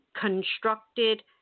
constructed